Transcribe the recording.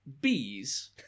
Bees